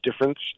difference